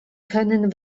können